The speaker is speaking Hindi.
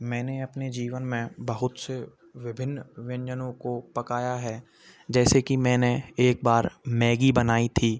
मैंने अपने जीवन में बहुत से विभिन्न व्यंजनों को पकाया है जैसे कि मैंने एक बार मैगी बनाई थी